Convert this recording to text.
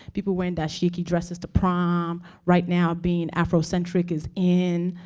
people wearing dashiki dresses to prom. right now, being afrocentric is in.